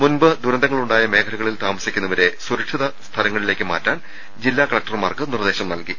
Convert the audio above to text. മുമ്പ് ദുരന്തങ്ങളുണ്ടായ മേഖലകളിൽ താമ സിക്കു ന്ന വരെ സുരക്ഷിത സ്ഥലങ്ങളി ലേക്ക് മാറ്റാൻ ജില്ലാ കലക്ടർമാർക്ക് നിർദ്ദേശം നൽകി